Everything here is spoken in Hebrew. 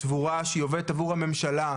סבורה שהיא עובדת עבור הממשלה,